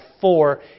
four